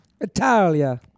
Italia